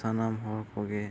ᱥᱟᱱᱟᱢ ᱦᱚᱲ ᱠᱚᱜᱮ